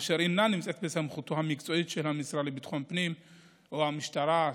אשר אינה נמצאת בסמכותו המקצועית של המשרד לביטחון הפנים או המשטרה,